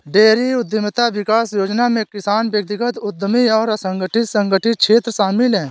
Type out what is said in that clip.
dairy उद्यमिता विकास योजना में किसान व्यक्तिगत उद्यमी और असंगठित संगठित क्षेत्र शामिल है